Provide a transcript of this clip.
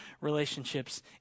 relationships